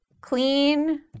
Clean